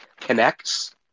Connects